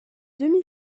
demi